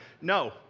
no